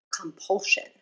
compulsion